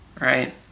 right